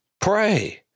Pray